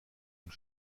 und